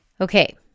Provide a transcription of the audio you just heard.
Okay